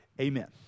Amen